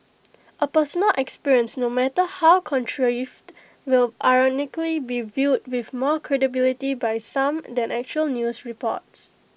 A personal experience no matter how contrived will ironically be viewed with more credibility by some than actual news reports